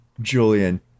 Julian